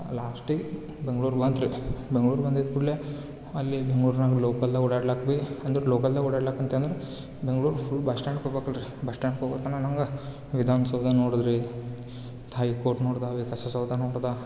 ಲಾಸ್ಟಿಗೆ ಬೆಂಗ್ಳೂರು ಬಂತ್ರಿ ಬೆಂಗ್ಳೂರು ಬಂದಿದ್ ಕೂಡಲೆ ಅಲ್ಲಿ ಬೆಂಗಳೂರ್ನಾಗೆ ಲೋಕಲ್ನಾಗ ಓಡಾಡ್ಲಿಕೆ ಬಿ ಅಂದ್ರೆ ಲೋಕಲ್ದಾಗ ಓಡಾಡ್ಲಿಕೆ ಅಂತಂದ್ರೆ ಬೆಂಗ್ಳೂರು ಫುಲ್ ಬಸ್ ಸ್ಟಾಂಡ್ ಹೋಗ್ಬೇಕಲ್ರಿ ಬಸ್ ಸ್ಟಾಂಡ್ ಹೋಗ್ಬೇಕನ್ನೋನಂಗ ವಿಧಾನ್ ಸೌಧ ನೋಡುದ್ರಿ ತೈ ಕೋರ್ಟ್ ನೋಡ್ದಾವೆ ಸೌಧ ನೋಡ್ದಾ